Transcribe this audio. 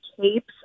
capes